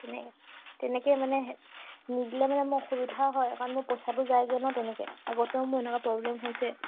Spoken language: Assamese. তেনে তেনেকৈ মানে নিদিলে মানে মোৰ অসুবিধা হয় কাৰণ মোৰ পইচাটো যায়গৈ ন তেনেকৈ আগতেও মোৰ এনেকুৱা প্ৰব্লেম হৈছে